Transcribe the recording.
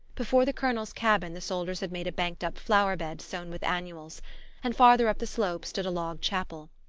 before the colonel's cabin the soldiers had made a banked-up flower-bed sown with annuals and farther up the slope stood a log chapel,